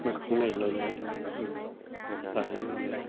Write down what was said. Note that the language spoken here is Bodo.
मोखां नायलायलाय जायो आरो